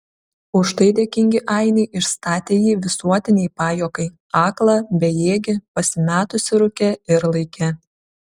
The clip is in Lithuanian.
už tai dėkingi ainiai išstatė jį visuotinei pajuokai aklą bejėgį pasimetusį rūke ir laike